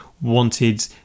wanted